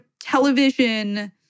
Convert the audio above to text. television